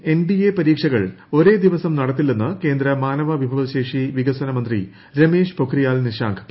E main NDA പരീക്ഷകൾ ഒരേ ദിവസം നടത്തില്ലെന്ന് കേന്ദ്ര മാനവ വിഭവശേഷി വികസന മന്ത്രി രമേശ് പൊക്രിയാൽ നിശാങ്ക് പറഞ്ഞു